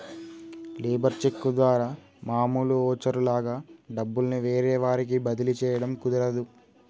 labour cheque ద్వారా మామూలు voucher లాగా డబ్బుల్ని వేరే వారికి బదిలీ చేయడం కుదరదు